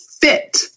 fit